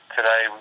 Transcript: today